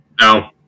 no